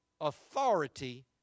authority